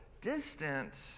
distant